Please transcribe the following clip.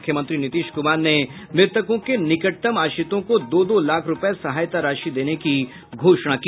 मुख्यमंत्री नीतीश कुमार ने मृतकों के निकटतम आश्रितों को दो दो लाख रूपये सहायता राशि देने की घोषणा की